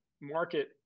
market